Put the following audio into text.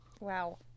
Wow